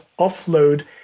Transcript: offload